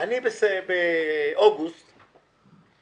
אני באוגוסט